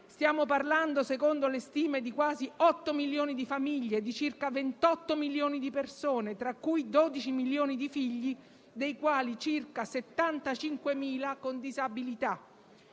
Stiamo parlando, secondo le stime, di quasi 8 milioni di famiglie, di circa 28 milioni di persone, tra cui 12 milioni di figli, dei quali circa 75.000 con disabilità.